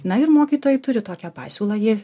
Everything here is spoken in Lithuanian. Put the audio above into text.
na ir mokytojai turi tokią pasiūlą jie